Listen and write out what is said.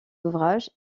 ouvrage